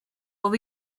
will